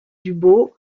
dubos